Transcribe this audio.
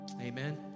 Amen